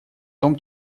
том